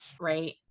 Right